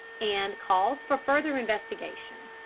and calls for further investigation.